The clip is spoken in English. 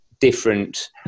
different